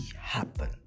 happen